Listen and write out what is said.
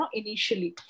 initially